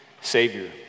Savior